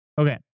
Okay